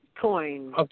coin